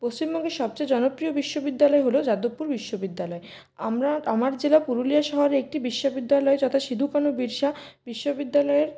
পশ্চিমবঙ্গের সবচেয়ে জনপ্রিয় বিশ্ববিদ্যালয় হলো যাদবপুর বিশ্ববিদ্যালয় আমরা আমার জেলা পুরুলিয়া শহরে একটি বিশ্ববিদ্যালয় যথা সিধু কানু বিরসা বিশ্ববিদ্যালয়ের